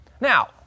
Now